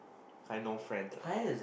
I no friends lah